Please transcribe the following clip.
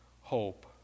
hope